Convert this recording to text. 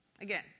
Again